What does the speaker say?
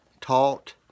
taught